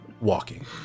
walking